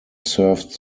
served